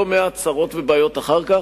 לא מעט צרות ובעיות אחר כך.